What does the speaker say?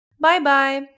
Bye-bye